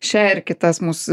šią ir kitas mūsų